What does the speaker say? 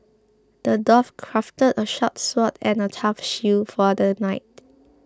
the dwarf crafted a sharp sword and a tough shield for the knight